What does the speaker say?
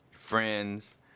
friends